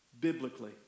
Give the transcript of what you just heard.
biblically